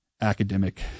academic